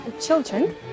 Children